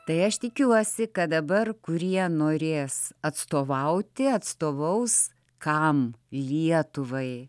tai aš tikiuosi kad dabar kurie norės atstovauti atstovaus kam lietuvai